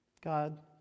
God